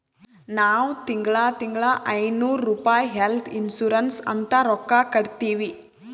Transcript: ನಾವ್ ತಿಂಗಳಾ ತಿಂಗಳಾ ಐಯ್ದನೂರ್ ರುಪಾಯಿ ಹೆಲ್ತ್ ಇನ್ಸೂರೆನ್ಸ್ ಅಂತ್ ರೊಕ್ಕಾ ಕಟ್ಟತ್ತಿವಿ